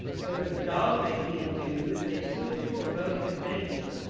whether the dog may be endued with an intuitive foreboding of danger,